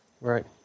right